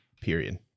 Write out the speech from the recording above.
period